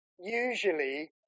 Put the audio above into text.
Usually